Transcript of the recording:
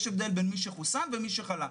יש הבדל בין מי שחוסן ומי שחלה.